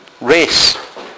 race